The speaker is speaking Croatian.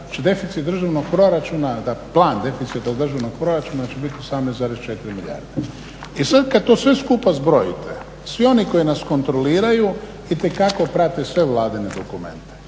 plan deficita državnog proračuna će biti 18,4 milijarde. I sad kad to sve skupa zbrojite, svi oni koji nas kontroliraju itekako prate sve Vladine dokumente.